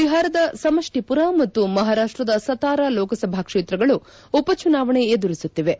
ಬಿಹಾರದ ಸಮಷ್ಟಿಮರ ಮತ್ತು ಮಹಾರಾಷ್ಟದ ಸತಾರಾ ಲೋಕಸಭಾ ಕ್ಷೇತ್ರಗಳು ಉಪಚುನಾವಣೆ ಎದುರಿಸುತ್ತಿವೆ